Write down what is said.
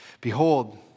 Behold